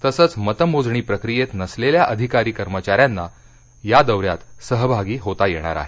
तसंच मतमोजणी प्रक्रियेत नसलेल्या अधिकारी कर्मचाऱ्यांना या दौऱ्यात सहभागी होता येणार आहे